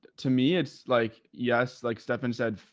to me, it's like, yes, like stephan said,